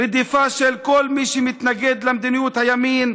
רדיפה של כל מי שמתנגד למדיניות הימין,